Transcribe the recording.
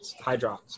Hydrox